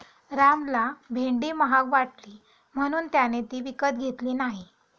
रामला भेंडी महाग वाटली म्हणून त्याने ती विकत घेतली नाही